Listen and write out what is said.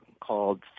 called